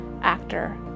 actor